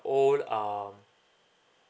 old um